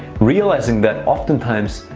realizing that oftentimes,